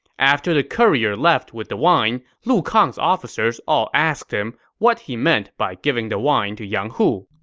after the courier left with the wine, lu kang's officers all asked him what he meant by giving the wine to yang hu.